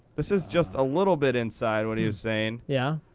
this is just a little bit inside what he was saying. yeah.